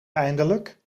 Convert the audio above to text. eindelijk